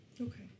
Okay